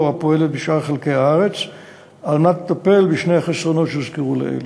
הפועלת בשאר חלקי הארץ על מנת לטפל בשני החסרונות שהוזכרו לעיל.